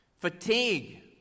fatigue